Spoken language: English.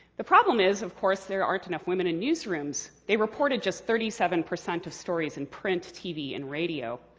the problem is, of course, there aren't enough women in newsrooms. they report at just thirty seven percent of stories in print, tv and radio.